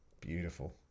Beautiful